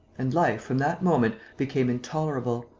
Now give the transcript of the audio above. and life, from that moment, became intolerable.